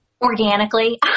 organically